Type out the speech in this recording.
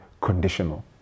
conditional